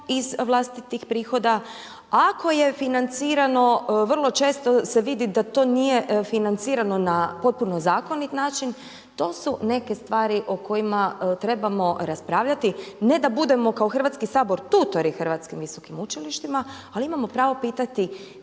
iz vlastitih prihoda? Ako je financirano, vrlo često se vidi da to nije financirano na potpuno zakonit način. To su neke stvari o kojima trebamo raspravljati, ne da budemo kao Hrvatski sabor tutori hrvatskim visokim učilištima, ali imamo pravo pitati